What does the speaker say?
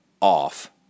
off